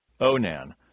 Onan